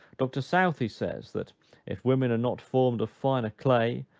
dr southey says, that if women are not formed of finer clay,